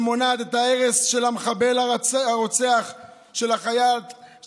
שמונעת את הרס הבית של המחבל הרוצח של החייל